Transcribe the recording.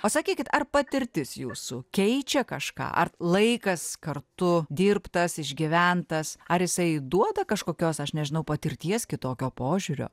o sakykit ar patirtis jūsų keičia kažką ar laikas kartu dirbtas išgyventas ar jisai duoda kažkokios aš nežinau patirties kitokio požiūrio